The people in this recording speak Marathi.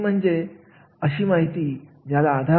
तरच असे कर्मचारी अशा ठिकाणी काम करून टिकू शकतात